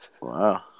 Wow